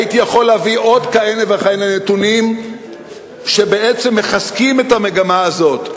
הייתי יכול להביא עוד כהנה וכהנה נתונים שמחזקים את המגמה הזאת.